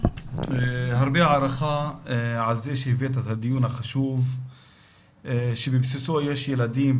הרבה הערכה על זה שהבאת את הדיון החשוב שבבסיסו יש ילדים,